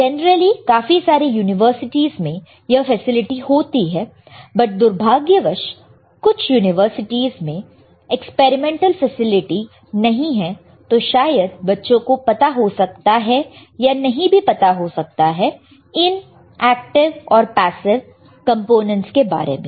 generally काफी सारी universities में यह फैसिलिटी होती है पर दुर्भाग्यवश कुछ यूनिवर्सिटीज में एक्सपेरिमेंटल फैसिलिटी नहीं तो शायद बच्चों को पता हो सकता है या नहीं भी पता हो सकता है इन एक्टिव और पैसिव कंपोनेंटस के बारे में